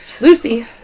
Lucy